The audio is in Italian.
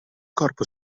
corpo